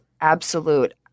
absolute